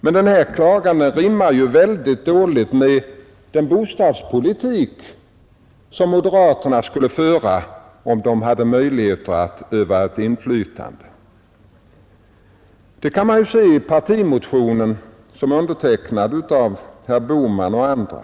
Men denna klagan rimmar dåligt med den bostadspolitik som moderaterna skulle föra, om de hade möjlighet att utöva ett avgörande inflytande. Detta kan man se i den partimotion, som är undertecknad av herr Bohman och andra.